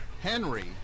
Henry